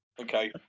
Okay